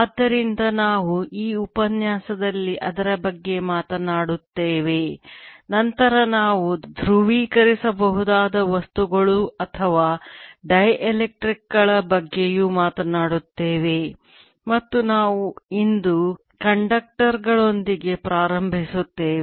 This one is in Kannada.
ಆದ್ದರಿಂದ ನಾವು ಈ ಉಪನ್ಯಾಸದಲ್ಲಿ ಅವರ ಬಗ್ಗೆ ಮಾತನಾಡುತ್ತೇವೆ ನಂತರ ನಾವು ಧ್ರುವೀಕರಿಸಬಹುದಾದ ವಸ್ತುಗಳು ಅಥವಾ ಡೈಎಲೆಕ್ಟ್ರಿಕ್ ಗಳ ಬಗ್ಗೆಯೂ ಮಾತನಾಡುತ್ತೇವೆ ಮತ್ತು ನಾವು ಇಂದು ಕಂಡಕ್ಟರ್ ಗಳೊಂದಿಗೆ ಪ್ರಾರಂಭಿಸುತ್ತೇವೆ